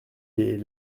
les